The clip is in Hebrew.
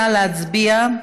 נא להצביע.